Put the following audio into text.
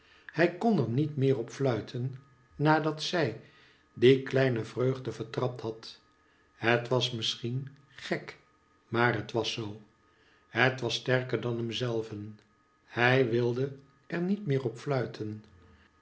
hij kon er niet meer op fluiten nadat zij die kleine vreugde vertrapt had het was misschien gek maar het was zoo het was sterker dan hemzelven hij wude er niet meer op fluiten